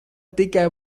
tikai